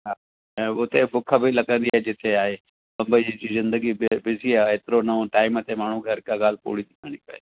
ऐं हुते भुख बि लॻंदी आहे जिते आहे बम्बई जी ज़िंदगी बिज़ी आए हेतिरो न हुन टाइम ते माण्हू हिकु ॻाल्हि पूरी थी करणी पए